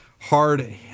hard